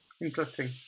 Interesting